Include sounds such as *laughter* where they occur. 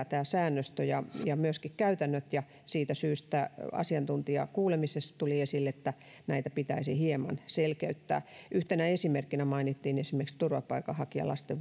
*unintelligible* tämä säännöstö ja ja myöskin käytännöt ovat aika epäselviä ja siitä syystä asiantuntijakuulemisessa tuli esille että näitä pitäisi hieman selkeyttää yhtenä esimerkkinä mainittiin turvapaikanhakijalasten *unintelligible*